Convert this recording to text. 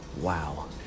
Wow